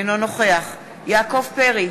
אינו נוכח יעקב פרי,